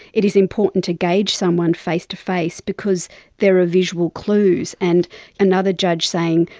it is important to gauge someone face-to-face because there are visual clues. and another judge saying,